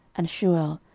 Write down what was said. and shual,